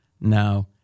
No